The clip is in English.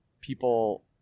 people